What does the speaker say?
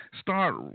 Start